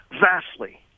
vastly